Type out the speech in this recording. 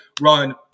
run